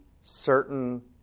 certain